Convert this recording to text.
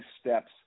steps